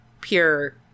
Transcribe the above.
pure